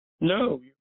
no